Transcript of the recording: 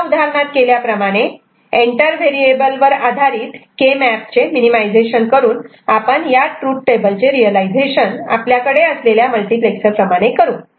मागच्या उदाहरणात केल्याप्रमाणे एंटर व्हेरिएबल वर आधारित के मॅप चे मिनीमायझेशन करून आपण या ट्रूथ टेबल चे रियलायझेशन आपल्याकडे असलेल्या मल्टिप्लेक्सर प्रमाणे करू